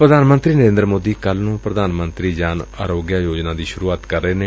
ਪ੍ਰਧਾਨ ਮੰਤਰੀ ਨਰੇਂਦਰ ਮੋਦੀ ਕੱਲੂ ਨੂੰ ਪ੍ਰਧਾਨ ਮੰਤਰੀ ਜਨ ਅਰੋਗਿਆ ਯੋਜਨਾ ਦੀ ਸੁਰੂਆਤ ਕਰ ਰਹੇ ਨੇ